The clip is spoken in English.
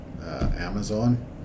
Amazon